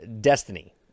destiny